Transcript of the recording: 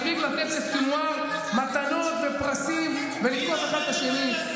מספיק לתת לסנוואר מתנות ופרסים ולתקוף אחד את השני.